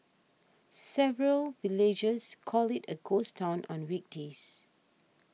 several villagers call it a ghost town on weekdays